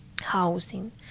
housing